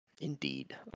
Indeed